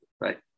right